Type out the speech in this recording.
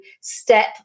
step